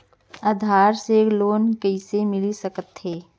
आधार से लोन कइसे मिलिस सकथे?